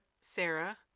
Sarah